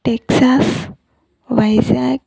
Texas Vizag